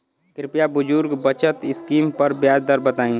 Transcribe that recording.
कृपया बुजुर्ग बचत स्किम पर ब्याज दर बताई